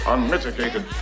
Unmitigated